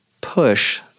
push